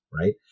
right